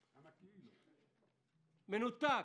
מנותק.